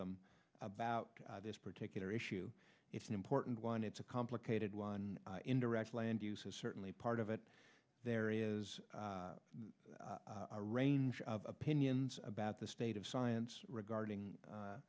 them about this particular issue it's an important one it's a complicated one indirect land use is certainly part of it there is a range of opinions about the state of science regarding